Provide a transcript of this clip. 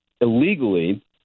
illegally